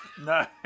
No